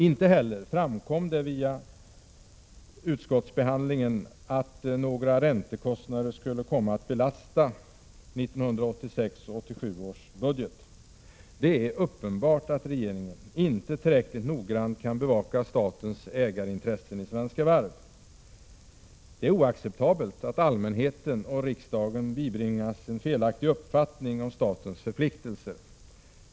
Inte heller framkom det vid utskottsbehandlingen att några räntekostnader skulle komma att belasta 1986/87 års budget. Det är uppenbart att regeringen inte tillräckligt noggrant kan bevaka statens ägarintressen i Svenska Varv. Det är oacceptabelt att allmänheten och riksdagen bibringas en felaktig uppfattning om statens förpliktelser.